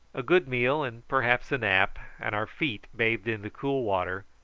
a good meal, and perhaps a nap, and our feet bathed in the cool water,